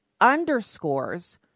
underscores